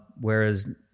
whereas –